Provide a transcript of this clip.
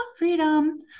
freedom